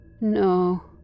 No